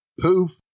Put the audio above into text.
poof